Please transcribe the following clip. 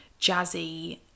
jazzy